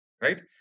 Right